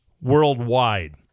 worldwide